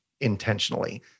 intentionally